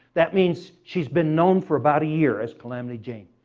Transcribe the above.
that means she's been known for about a year as calamity jane,